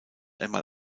einmal